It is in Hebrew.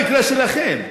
לא, לא אמרתי על המקרה שלכם.